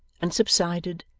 and subsided,